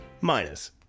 Minus